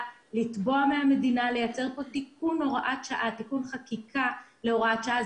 תתבע מהמדינה לייצר תיקון חקיקה להוראת שעה.